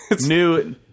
New